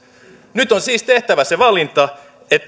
nyt on siis tehtävä se valinta